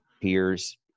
peers